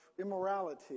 immorality